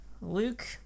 Luke